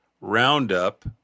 roundup